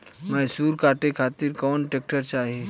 मैसूर काटे खातिर कौन ट्रैक्टर चाहीं?